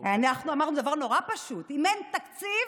אנחנו אמרנו דבר מאוד פשוט: אם אין תקציב,